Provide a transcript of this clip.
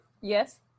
Yes